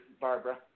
Barbara